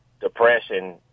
depression